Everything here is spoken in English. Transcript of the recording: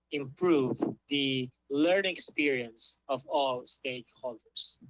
improve the learning experience of all stake holders.